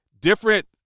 different